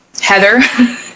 Heather